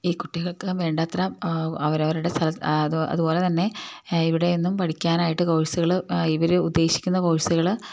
ഈ കുട്ടികള്ക്ക് വേണ്ടത്ര അവരവരുടെ അതുപോലെ തന്നെ ഇവിടെയൊന്നും പഠിക്കാനായിട്ട് കോഴ്സുകള് ഇവര് ഉദ്ദേശിക്കുന്ന കോഴ്സുകള്